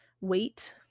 wait